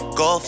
go